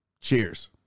Cheers